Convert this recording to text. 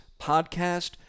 podcast